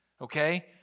Okay